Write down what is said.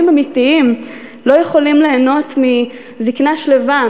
אמיתיים לא יכולים ליהנות מזיקנה שלווה,